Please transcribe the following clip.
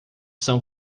são